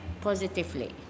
positively